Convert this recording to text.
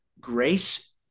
grace